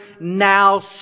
now